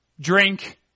drink